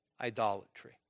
idolatry